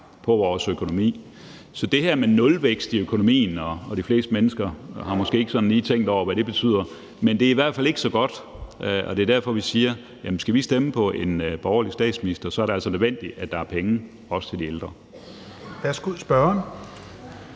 på vores økonomi. Det her med nulvækst i økonomien – og de fleste mennesker har måske ikke sådan lige tænkt over, hvad det betyder – er i hvert fald ikke så godt. Og det er derfor, vi siger, at skal vi stemme på en borgerlig statsminister, så er det altså nødvendigt, at der også er penge til de ældre.